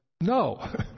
No